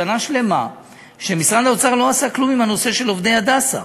שנה שלמה משרד האוצר לא עשה כלום עם הנושא של עובדי "הדסה",